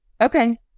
Okay